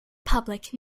public